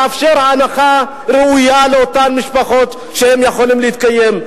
לאפשר הנחה ראויה לאותן משפחות כדי שהן יוכלו להתקיים.